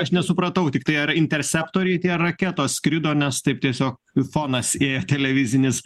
aš nesupratau tiktai ar interceptoriai tie raketos skrido nes taip tiesiog fonas ėjo televizinis